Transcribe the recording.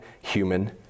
human